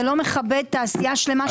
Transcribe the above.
לא מכבד תעשייה שלמה.